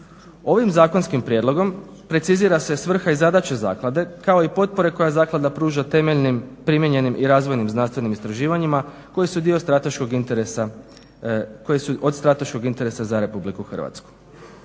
Ovim zakonskim prijedlogom precizira se svrha i zadaća zaklade kao i potpore koje zaklada pruža temeljnim primijenjenim i razvojnim znanstvenim istraživanjima koji su od strateškog interesa za Republiku Hrvatsku.